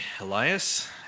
Elias